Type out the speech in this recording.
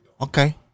Okay